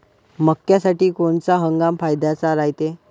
मक्क्यासाठी कोनचा हंगाम फायद्याचा रायते?